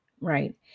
right